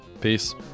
peace